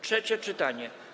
Trzecie czytanie.